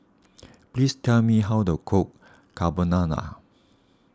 please tell me how to cook Carbonara